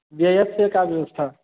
व्ययस्य का व्यवस्था